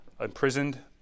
imprisoned